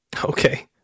Okay